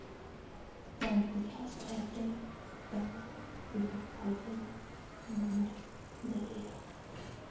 तरबूजा सेहटेर तने बहुत फायदमंद मानाल गहिये